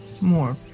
more